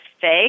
fake